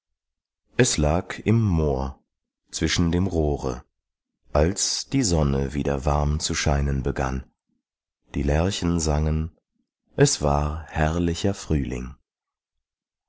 es lag im moor zwischen dem rohre als die sonne wieder warm zu scheinen begann die lerchen sangen es war herrlicher frühling